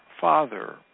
father